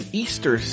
easter